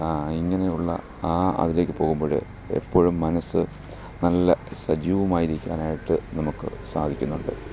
ആ ഇങ്ങനെയുള്ള ആ അതിലേക്ക് പോകുമ്പോൾ എപ്പോഴും മനസ്സ് നല്ല സജീവമായിരിക്കാനായിട്ട് നമുക്ക് സാധിക്കുന്നുണ്ട്